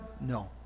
No